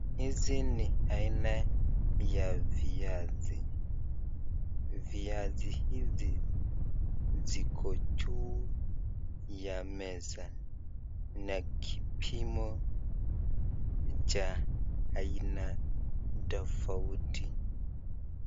Hizi ni aina ya viazi. Viazi hizi ziko juu ya meza na kipimo cha aina tofauti.